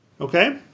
Okay